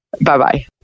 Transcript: Bye-bye